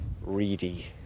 Reedy